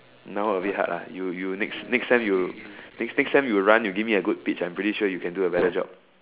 now a bit hard ah you you next next time you next next time you run you give me a good pitch I'm pretty sure you can do a better job